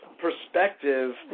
perspective